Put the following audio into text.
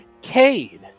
Cade